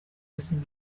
buzima